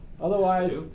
Otherwise